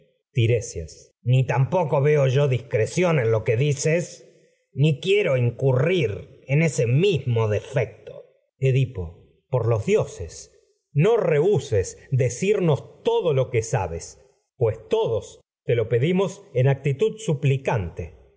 tiresias ni tampoco veo yo discreción en lo que dices ni quiero edipo incurrir en ese mismo los defecto todo lo por dioses no rehuses decirnos que sabes pues todos te lo pedimos en actitud